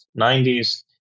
90s